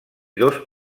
dos